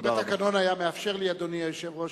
אם התקנון היה מאפשר לי, אדוני השר,